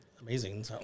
amazing